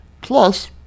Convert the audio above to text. Plus